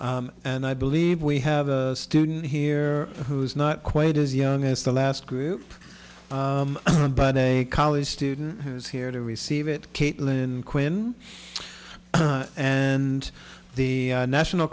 own and i believe we have a student here who is not quite as young as the last group but a college student who is here to receive it caitlin quinn and the national